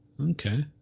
Okay